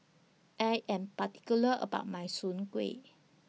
I Am particular about My Soon Kueh